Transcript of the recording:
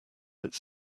its